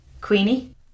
Queenie